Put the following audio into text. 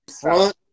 front